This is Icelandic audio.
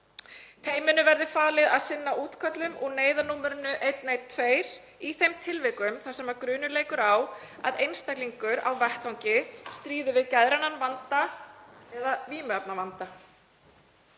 Teyminu verði falið að sinna útköllum og neyðarnúmerinu 112 í þeim tilvikum þar sem grunur leikur á að einstaklingur á vettvangi stríði við geðrænan vanda eða vímuefnavanda.